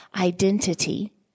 identity